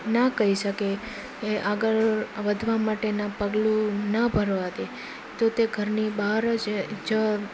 ના કહી શકે એ આગળ વધવા માટેના પગલું ના ભરવા દે તો તે ઘરની બહાર જ